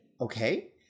Okay